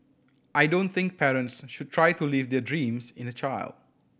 I don't think parents should try to live their dreams in a child